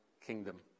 kingdom